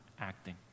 acting